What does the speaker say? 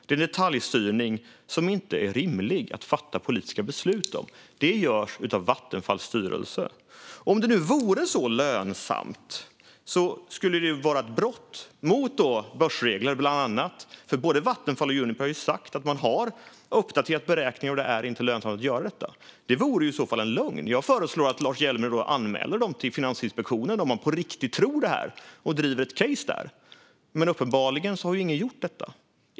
Det är detaljstyrning som det inte är rimligt att fatta politiska beslut om. Det görs av Vattenfalls styrelse. Om det vore så lönsamt skulle det vara ett brott mot bland annat börsregler. Både Vattenfall och Juniper har sagt att man har uppdaterat beräkningarna, och det är inte lönsamt att göra detta. Det vore i så fall en lögn. Jag föreslår att Lars Hjälmered, om han på riktigt tror på detta, anmäler dem till Finansinspektionen och driver ett case där. Uppenbarligen har ingen gjort så.